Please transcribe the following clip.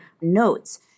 notes